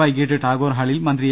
വൈകീട്ട് ടാഗോർ ഹാളിൽ മന്ത്രി എ